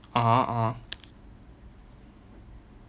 (uh huh) (uh huh)